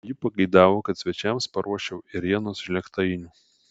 ji pageidavo kad svečiams paruoščiau ėrienos žlėgtainių